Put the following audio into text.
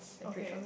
okay